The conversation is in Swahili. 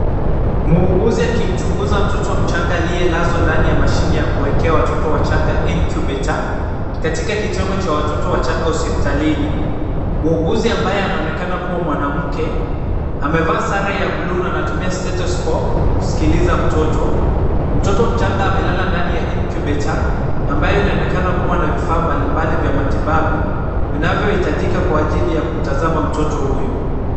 Muuguzi akimchunguza mtoto mchanga aliyelazwa ndani ya mashine ya kuwekea watoto wachanga incubator . Katika kitengo cha watoto wachanga hospitalini. Muuguzi ambaye anaonekana kuwa mwanamke, amevaa sare ya buluu na anatumia stethoscope kumsikiliza mtoto. Mtoto mchanga amelala ndani ya incubator , ambayo inaonekana kuwa na vifaa mbali mbali vya matibabu, vinavyohitajika kwa ajili ya kumtazama mtoto huyo.